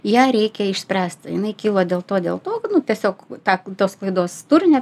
ją reikia išspręsti jinai kilo dėl to dėl to kad nu tiesiog tą tos klaidos turinį